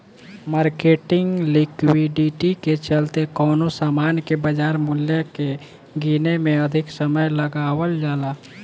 marketing liquidity के चलते कवनो सामान के बाजार मूल्य के गीने में अधिक समय लगावल जाला